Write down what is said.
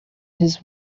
his